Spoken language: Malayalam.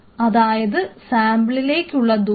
അതായത് സാമ്പിളിലേക്കുള്ള ദൂരം